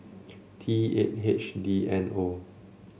T eight H D N zero